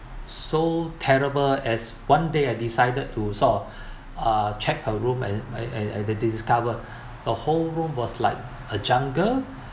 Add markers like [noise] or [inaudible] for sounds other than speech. so terrible as one day I decided to sort of [breath] uh check her room and I I I dis~ discover the whole room was like a jungle